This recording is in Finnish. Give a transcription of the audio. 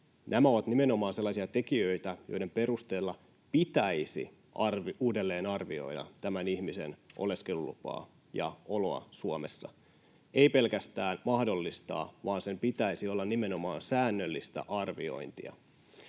nämä ovat nimenomaan sellaisia tekijöitä, joiden perusteella pitäisi uudelleen arvioida tämän ihmisen oleskelulupaa ja oloa Suomessa. Ei pelkästään mahdollistaa, vaan sen pitäisi olla nimenomaan säännöllistä arviointia.